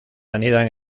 anidan